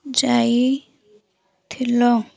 ଯାଇଥିଲ